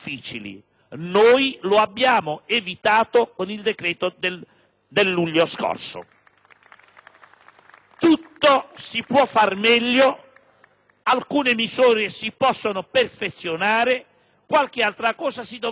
Tutto si può fare meglio. Alcune misure si possono perfezionare e qualche altra cosa si dovrà cambiare, ma l'aver portato la Repubblica italiana in quelle condizioni